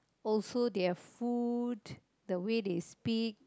also their food and the way they speak